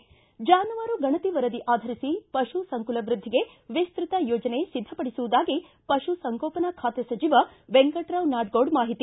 ಿ ಜಾನುವಾರು ಗಣತಿ ವರದಿ ಆಧರಿಸಿ ಪಶು ಸಂಕುಲ ವೃದ್ಧಿಗೆ ವಿಸ್ತೃತ ಯೋಜನೆ ಸಿದ್ದಪಡಿಸುವುದಾಗಿ ಪಶು ಸಂಗೋಪನಾ ಖಾತೆ ಸಚಿವ ವೆಂಕಟರಾವ್ ನಾಡಗೌಡ ಮಾಹಿತಿ